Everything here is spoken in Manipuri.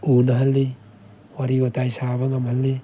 ꯎꯅꯍꯜꯂꯤ ꯋꯥꯔꯤ ꯋꯇꯥꯏ ꯁꯥꯕ ꯉꯝꯍꯜꯂꯤ